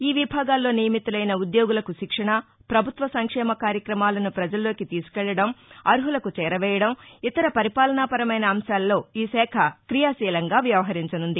ఈ విభాగాల్లో నియమితులైన ఉ ద్యోగులకు శిక్షణ ప్రభుత్వ సంక్షేమ కార్యక్రమాలను పజల్లోకి తీసుకెళ్లదం అర్హులకు చేరవేయడం ఇతర పరిపాలన పరమైన అంశాల్లో ఈ శాఖ క్రియాశీలంగా వ్యవహరించనుంది